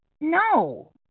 No